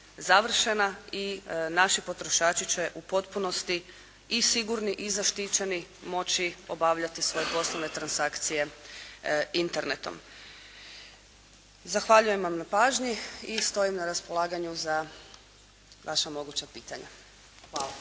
i naši potrošači će u potpunosti i sigurni i zaštićeni moći obavljati svoje poslovne transakcije internetom. Zahvaljujem vam na pažnji i stojim na raspolaganju za vaša moguća pitanja. Hvala.